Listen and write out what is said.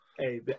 Hey